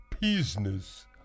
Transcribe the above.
business